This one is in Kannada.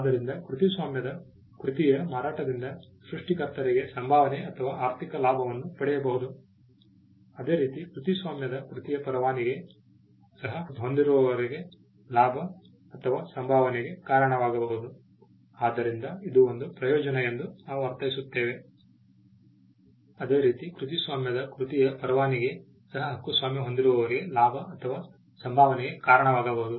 ಆದ್ದರಿಂದ ಕೃತಿಸ್ವಾಮ್ಯದ ಕೃತಿಯ ಮಾರಾಟದಿಂದ ಸೃಷ್ಟಿಕರ್ತರಿಗೆ ಸಂಭಾವನೆ ಅಥವಾ ಆರ್ಥಿಕ ಲಾಭವನ್ನು ಪಡೆಯಬಹುದು ಅದೇ ರೀತಿ ಕೃತಿಸ್ವಾಮ್ಯದ ಕೃತಿಯ ಪರವಾನಗಿ ಸಹ ಹಕ್ಕುಸ್ವಾಮ್ಯ ಹೊಂದಿರುವವರಿಗೆ ಲಾಭ ಅಥವಾ ಸಂಭಾವನೆಗೆ ಕಾರಣವಾಗಬಹುದು